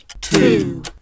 two